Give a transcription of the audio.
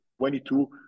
22